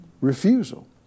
Refusal